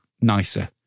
nicer